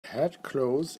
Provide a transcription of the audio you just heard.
headcloth